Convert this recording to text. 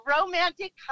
romantic